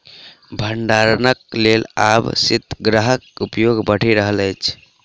भंडारणक लेल आब शीतगृहक उपयोग बढ़ि रहल अछि